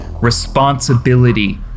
Responsibility